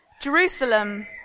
Jerusalem